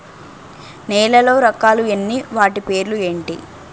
నేలలో రకాలు ఎన్ని వాటి పేర్లు ఏంటి?